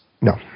No